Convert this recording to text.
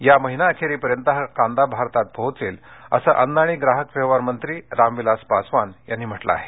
या महिना अखेरीपर्यंत हा कांदा भारतात पोचेल अस अन्न आणि ग्राहक व्यवहार मंत्री रामविलास पासवान यांनी म्हटलं आहे